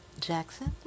Jackson